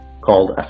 called